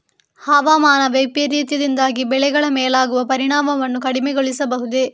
ಹವಾಮಾನ ವೈಪರೀತ್ಯದಿಂದಾಗಿ ಬೆಳೆಗಳ ಮೇಲಾಗುವ ಪರಿಣಾಮವನ್ನು ಕಡಿಮೆಗೊಳಿಸಬಹುದೇ?